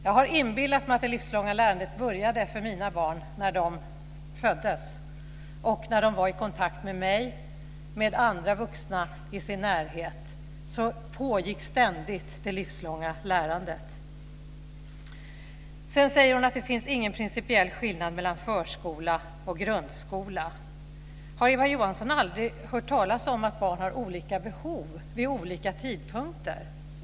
Jag har inbillat mig att det livslånga lärandet började för mina barn när de föddes och när de var i kontakt med mig och med andra vuxna i sin närhet. Då pågick ständigt det livslånga lärandet. Sedan säger Eva Johansson att det inte finns någon principiell skillnad mellan förskola och grundskola. Har Eva Johansson aldrig hört talas om att barn har olika behov vid olika tidpunkter?